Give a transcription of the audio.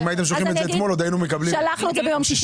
אם הייתם שולחים את זה אתמול,